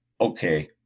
okay